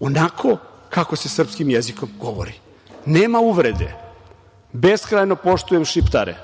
onako kako se srpskim jezikom govori. Nema uvrede, beskrajno poštujem Šiptare,